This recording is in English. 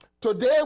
Today